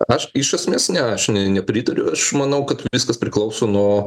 aš iš esmės ne aš ne nepritariu aš manau kad viskas priklauso nuo